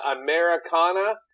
Americana